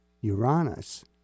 Uranus